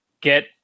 get